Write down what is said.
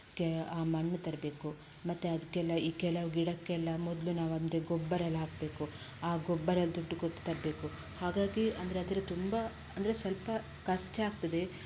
K ಆ ಮಣ್ಣು ತರಬೇಕು ಮತ್ತು ಅದಕ್ಕೆಲ್ಲ ಈ ಕೆಲವು ಗಿಡಕ್ಕೆಲ್ಲ ಮೊದಲು ನಾವಂದರೆ ಗೊಬ್ಬರ ಎಲ್ಲ ಹಾಕಬೇಕು ಆ ಗೊಬ್ಬರ ದುಡ್ಡು ಕೊಟ್ಟು ತರಬೇಕು ಹಾಗಾಗಿ ಅಂದರೆ ಅದರ ತುಂಬ ಅಂದರೆ ಸ್ವಲ್ಪ ಖರ್ಚು ಆಗ್ತದೆ